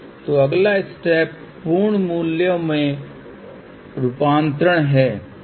तो f 2 GHz पर अब आप इंडक्टर के मान कैपेसिटर के मान की गणना कर सकते हैं